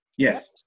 Yes